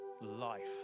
life